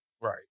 Right